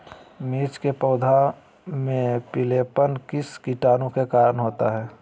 मिर्च के पौधे में पिलेपन किस कीटाणु के कारण होता है?